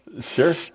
Sure